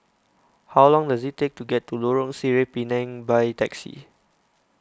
how long does it take to get to Lorong Sireh Pinang by taxi